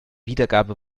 wiedergabe